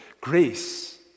grace